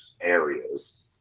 areas